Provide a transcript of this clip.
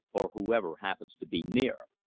or whoever happens to be near!